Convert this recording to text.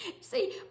See